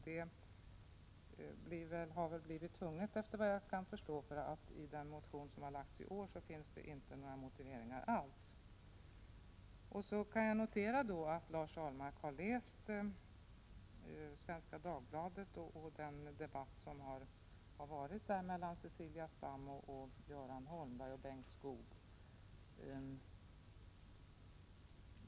Det har han blivit tvungen till, såvitt jag förstår, därför att det i den motion som väckts i år inte finns några motiveringar. Jag kan notera att Lars Ahlmark har läst Svenska Dagbladet och följt debatten mellan Cecilia Stam, Göran Holmberg och Bengt Skoog.